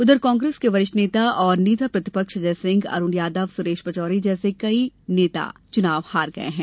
उधर कांग्रेस के वरिष्ठ नेता और नेता प्रतिपक्ष अजय सिंह अरूण यादव सुरेश पचोरी जैसे कई नेता चुनाव हार गये हैं